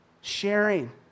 Sharing